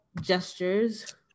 gestures